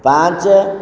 ପାଞ୍ଚ